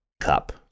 Cup